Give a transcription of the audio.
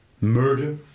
murder